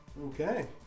Okay